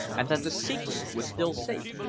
and that the secret was still safe.